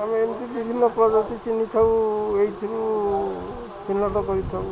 ଆମେ ଏମିତି ବିଭିନ୍ନ ପ୍ରଜାତି ଚିହ୍ନିଥାଉ ଏଇଥିରୁ ଚିହ୍ନଟ କରିଥାଉ